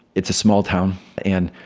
it's a small town. and,